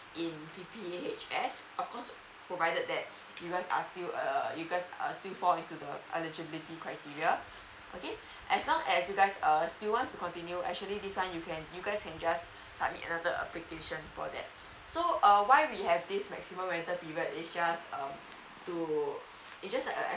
in p p h s of course provided that you guys are still uh you guys are still fall into the eligibility criteria okay as long as you guys err still wants to continue actually this time you can you guys can just submit another application for that so uh why we have this maximum rental period is just uh to it's just like uh